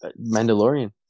Mandalorian